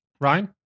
Ryan